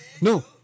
No